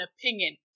opinion